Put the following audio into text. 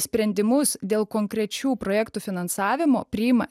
sprendimus dėl konkrečių projektų finansavimo priima